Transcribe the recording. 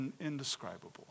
Indescribable